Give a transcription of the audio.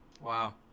Wow